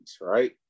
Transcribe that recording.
right